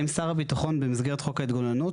האם שר הביטחון במסגרת חוק ההתגוננות,